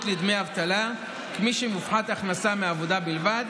לדמי אבטלה כפי שמופחתת הכנסה מעבודה בלבד,